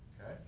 Okay